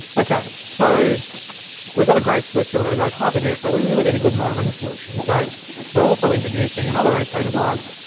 okay, so we but got a great switcher, we got a great hyperdeck, but we really need a good monitoring solution. so we're also introducing another eight k device.